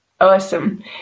Awesome